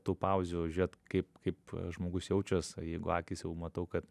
tų pauzių žiūrėt kaip kaip žmogus jaučias jeigu akys jau matau kad